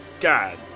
God